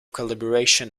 calibration